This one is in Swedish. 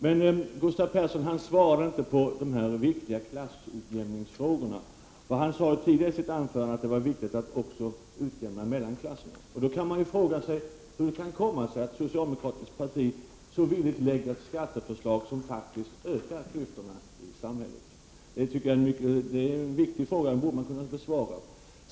Men Gustav Persson svarar inte på de viktiga klassutjämningsfrågorna. Han sade tidigare i sitt anförande att det var viktigt att också utjämna mellan klasserna. Då kan man fråga sig hur det kan komma sig att ett socialdemokratiskt parti så villigt lägger ett skatteförslag som faktiskt ökar klyftorna i samhället. Det är en viktig fråga. Den borde man kunna besvara.